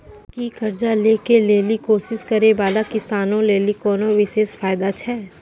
कि कर्जा लै के लेली कोशिश करै बाला किसानो लेली कोनो विशेष फायदा छै?